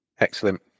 excellent